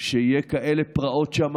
שיהיו כאלה פרעות שם